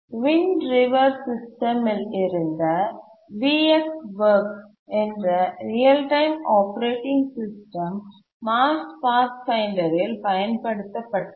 wind river சிஸ்டம்ல் இருந்த VxWorks என்ற real time operating system Mars Pathfinder ல் பயன்படுத்தப்பட்டது